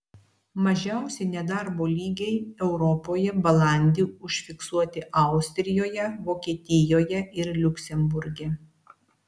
mažiausi nedarbo lygiai europoje balandį užfiksuoti austrijoje vokietijoje ir liuksemburge